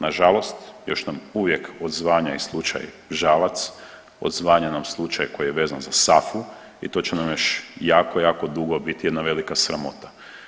Nažalost, još nam uvijek odzvanja i slučaj Žalac, odzvanja nam slučaj koji je vezan za SAFU i to će nam još jako, jako dugo biti jedna velika sramota.